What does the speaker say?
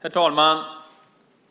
Herr talman!